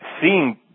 seeing